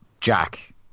jack